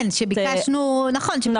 כן, שביקשנו שזה